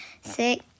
sick